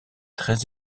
très